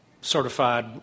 certified